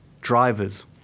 drivers